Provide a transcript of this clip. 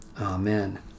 Amen